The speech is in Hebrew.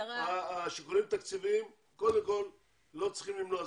שיקולים תקציביים לא צריכים למנוע,